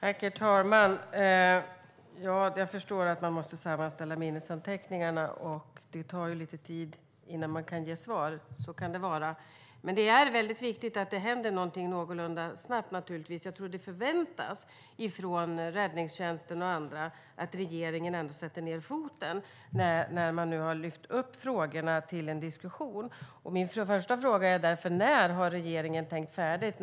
Herr talman! Jag förstår att man måste sammanställa minnesanteckningarna. Det tar ju lite tid innan man kan ge svar. Så kan det vara. Men det är viktigt att det händer något någorlunda snabbt. Jag tror att räddningstjänsten och andra väntar sig att regeringen sätter ned foten när man nu har lyft upp detta till diskussion. Min första fråga är därför: När har regeringen tänkt färdigt?